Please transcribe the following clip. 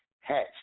hats